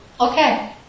Okay